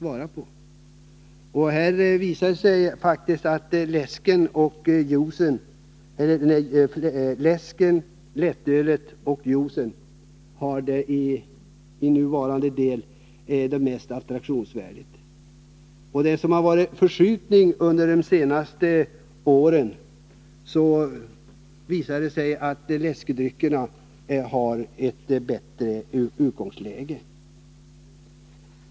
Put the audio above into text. Det visar sig faktiskt att läsken, lättölet och juicen f. n. har den största attraktionskraften. Det har under de senaste åren inträffat en förskjutning i inställningen, innebärande att läskedryckerna fått ett bättre utgångsläge.